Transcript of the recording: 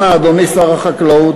אנא, אדוני שר החקלאות,